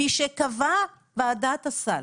משקבעה ועדת הסל